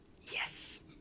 Yes